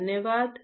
धन्यवाद